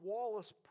Wallace